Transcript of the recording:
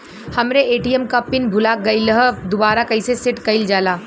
हमरे ए.टी.एम क पिन भूला गईलह दुबारा कईसे सेट कइलजाला?